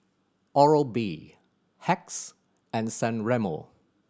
Oral B Hacks and San Remo